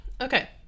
Okay